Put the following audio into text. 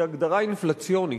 היא הגדרה אינפלציונית.